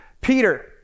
Peter